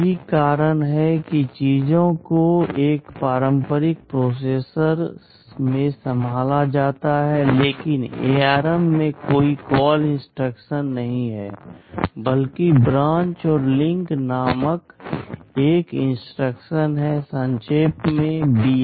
यही कारण है कि चीजों को एक पारंपरिक प्रोसेसर में संभाला जाता है लेकिन ARM में कोई कॉल इंस्ट्रक्शन नहीं है बल्कि ब्रांच और लिंक नामक एक इंस्ट्रक्शन है संक्षेप में BL